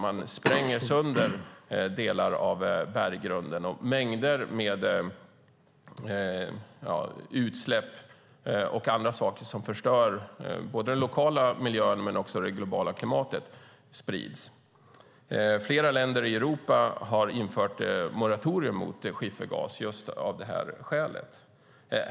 Delar av berggrunden sprängs sönder, och mängder med utsläpp och annat som förstör både den lokala miljön och det globala klimatet sprids. Flera länder i Europa har infört moratorium mot schiffergas just av det skälet.